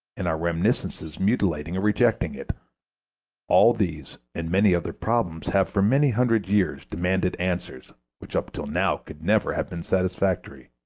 and our reminiscences mutilating or rejecting it all these and many other problems have for many hundred years demanded answers which up till now could never have been satisfactory.